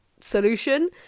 solution